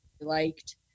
liked